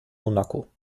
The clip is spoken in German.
monaco